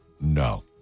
No